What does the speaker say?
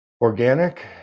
Organic